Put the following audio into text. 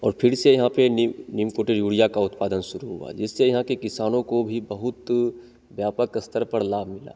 और फिर से यहाँ पर नीम नीम पोटेश यूरिया का उरिया का उत्पादन शुरु हुआ जिससे यहाँ के किसानों को भी बहुत व्यापक स्तर पर लाभ मिला